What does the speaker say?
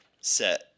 set